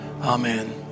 Amen